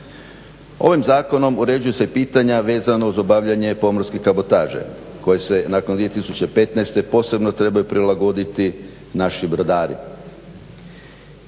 Ovim zakonom uređuju se pitanja vezano za obavljanje pomorske kabotaže koje se nakon 2015. posebno trebaju prilagoditi naši brodari.